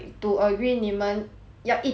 一定要在 singapore 做工 right